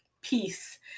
peace